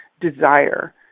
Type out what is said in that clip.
desire